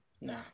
nah